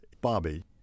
Bobby